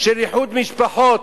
של איחוד משפחות.